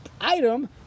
item